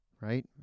Right